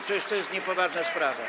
przecież to jest niepoważna sprawa.